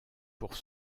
pour